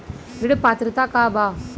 ऋण पात्रता का बा?